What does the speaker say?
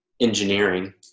engineering